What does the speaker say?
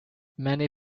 many